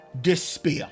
despair